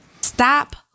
Stop